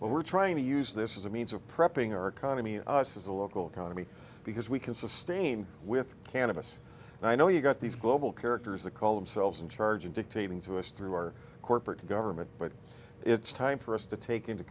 what we're trying to use this is a means of prepping our economy as a local economy because we can sustain with cannabis and i know you've got these global characters to call themselves in charge and dictating to us through our corporate government but it's time for us to take into